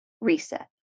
reset